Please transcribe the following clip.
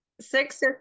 Six